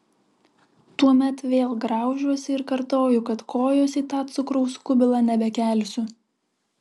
tuomet vėl graužiuosi ir kartoju kad kojos į tą cukraus kubilą nebekelsiu